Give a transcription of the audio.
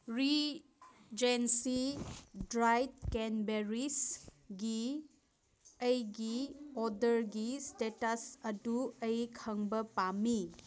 Regency ꯗ꯭ꯔꯥꯏꯠ ꯀꯦꯟꯕꯦꯔꯤꯁꯒꯤ ꯑꯩꯒꯤ ꯑꯣꯔꯗꯔꯒꯤ ꯏꯁꯇꯦꯇꯁ ꯑꯗꯨꯨ ꯑꯩ ꯈꯪꯕ ꯄꯥꯝꯃꯤ